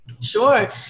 Sure